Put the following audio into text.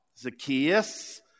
Zacchaeus